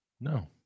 No